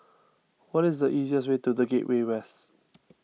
what is the easiest way to the Gateway West